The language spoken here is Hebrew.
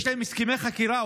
יש להם הסכמי חכירה,